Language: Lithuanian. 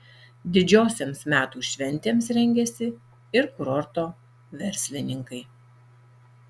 didžiosioms metų šventėms rengiasi ir kurorto verslininkai